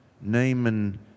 Naaman